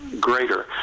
greater